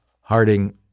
Harding